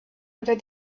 unter